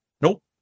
Nope